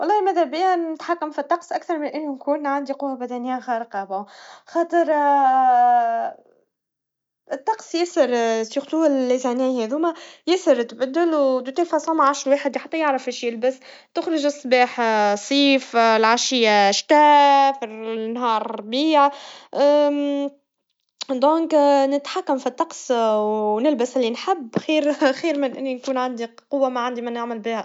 والله ماذا بيان نتحكم في الطقس أكثر من إني نكون عندي قوا بدنيا خارقا بون, خاطر الطقس ياسر بكل تأكيد كل السنوات هادوما, ياسر تبدل, ودوتيل فاسون معاش واحد حتى يعرف ايش يلبس, تخرج الصباح صيف, العشيا شتا, فالر- فالنهار ربيع, لذا نتحكم في الطقس, ونلبس اللي نحب خير- خير ما نكون عندي قوا ما نعمل بيها.